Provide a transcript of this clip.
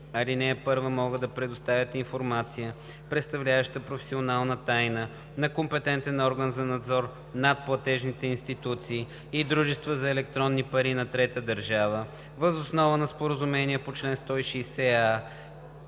ал. 1 могат да предоставят информация, представляваща професионална тайна, на компетентен орган за надзор над платежни институции и дружества за електронни пари на трета държава въз основа на споразумение по чл. 160а